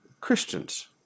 Christians